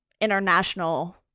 international